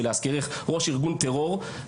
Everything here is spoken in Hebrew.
שהוא ראש ארגון טרור,